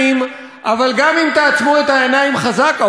אבל גם אם תעצמו את העיניים חזק, העולם לא ייעלם.